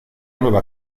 nueva